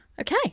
Okay